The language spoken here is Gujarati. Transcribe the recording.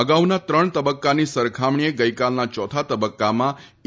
અગાઉના ત્રણ તબક્કાની સરખામણીએ ગઇકાલના ચોથા તબક્કામાં ઇ